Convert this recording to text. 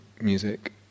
music